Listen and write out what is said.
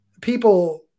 people